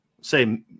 Say